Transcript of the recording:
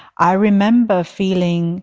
i remember feeling